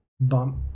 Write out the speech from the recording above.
bump